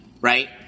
right